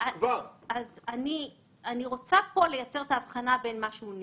אני רוצה לייצר הבחנה בין גביית